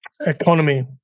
economy